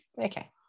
Okay